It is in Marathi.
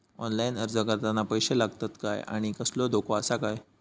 ऑनलाइन अर्ज करताना पैशे लागतत काय आनी कसलो धोको आसा काय?